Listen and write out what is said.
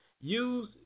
Use